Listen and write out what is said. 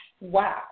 wow